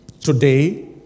today